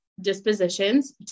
dispositions